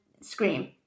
Scream